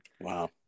Wow